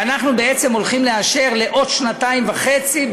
ואנחנו בעצם הולכים לאשר לעוד שנתיים וחצי,